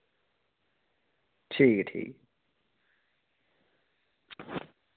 ठीक ऐ ठीक